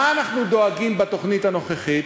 ממה אנחנו דואגים בתוכנית הנוכחית?